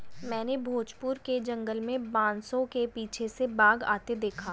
मैंने भोजपुर के जंगल में बांसों के पीछे से बाघ आते देखा